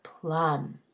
plum